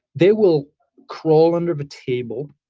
they will crawl under the table.